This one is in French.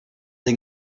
des